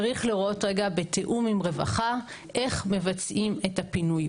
צריך לראות רגע בתאום עם רווחה איך מבצעים את הפינוי,